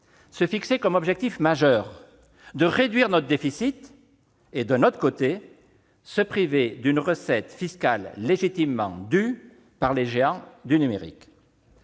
se fixer comme objectif majeur de réduire notre déficit et, de l'autre, se priver de la recette fiscale légitimement due par les géants du numérique.